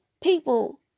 people